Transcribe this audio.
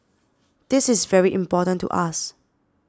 this is very important to us